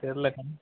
தெரியல சார்